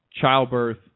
childbirth